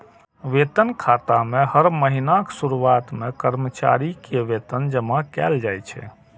वेतन खाता मे हर महीनाक शुरुआत मे कर्मचारी के वेतन जमा कैल जाइ छै